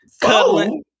cuddling